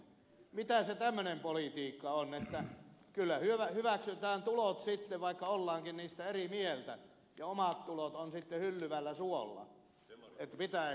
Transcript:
mitä se tämmöinen politiikka on että kyllä hyväksytään tulot vaikka ollaankin niistä eri mieltä ja omat tulot ovat sitten hyllyvällä suolla